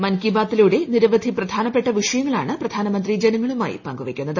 മൻ കി ബാത്തിലൂടെ നിരവധി പ്രധാനപ്പെട്ട വിഷ്യിങ്ങളാണ് പ്രധാനമന്ത്രി ജനങ്ങളുമായി പങ്കുവയ്ക്കുന്നത്